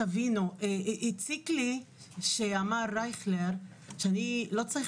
הציק לי שאמר חבר הכנסת אייכלר שלא צריך